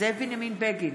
זאב בנימין בגין,